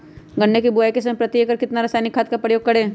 गन्ने की बुवाई के समय प्रति एकड़ कितना रासायनिक खाद का उपयोग करें?